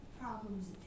problems